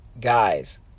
guys